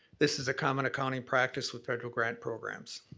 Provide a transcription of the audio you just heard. this is a common accounting practice with federal grant programs.